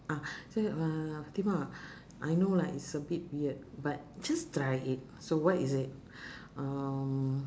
ah say uh fatimah I know like it's a bit weird but just try it so what is it um